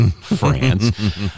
France